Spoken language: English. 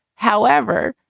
however.